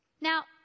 Now